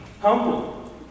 humble